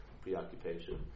preoccupation